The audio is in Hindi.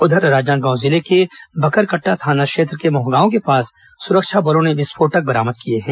उधर राजनांदगांव जिले के बकरकट्टा थाना क्षेत्र के मोहगांव के पास सुरक्षा बलों ने विस्फोटक बरामद किया है